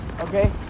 Okay